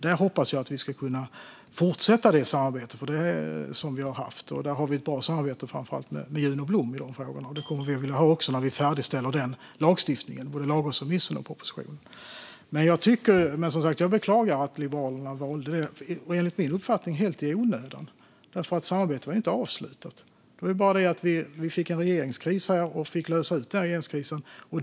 Där hoppas jag att vi ska kunna fortsätta det samarbete som vi haft. Vi har ett bra samarbete med framför allt Juno Blom i de frågorna, och det kommer vi att vilja ha också när vi färdigställer den lagstiftningen, både lagrådsremissen och propositionen. Men jag beklagar som sagt att Liberalerna valde detta, enligt min uppfattning helt i onödan eftersom samarbetet inte var avslutat. Det var bara det att vi fick en regeringskris och fick lösa den regeringskrisen.